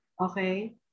okay